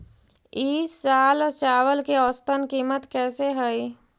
ई साल चावल के औसतन कीमत कैसे हई?